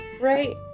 Right